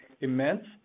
immense